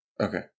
Okay